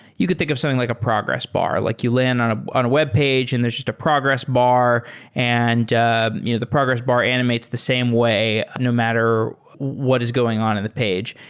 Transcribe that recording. you could think of something like a progress bar. like you land on ah a webpage and there's just a progress bar and you know the progress bar animates the same way no matter what is going on in the page.